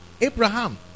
Abraham